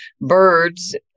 birds